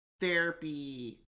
Therapy